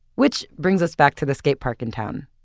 which brings us back to the skatepark in town.